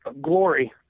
Glory